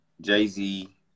Jay-Z